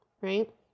right